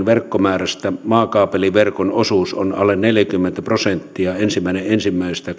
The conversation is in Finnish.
verkkomäärästä maakaapeliverkon osuus on alle neljäkymmentä prosenttia ensimmäinen ensimmäistä